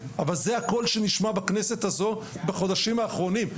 אבל זה הקול שנשמע בכנסת הזו בחודשים האחרונים.